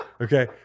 Okay